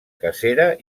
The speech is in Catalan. cacera